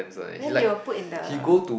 then they will put in the